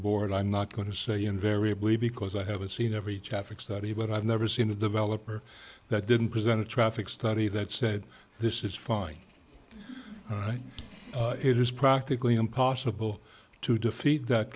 board i'm not going to say invariably because i haven't seen every chaffetz study but i've never seen a developer that didn't present a traffic study that said this is fine all right it is practically impossible to defeat that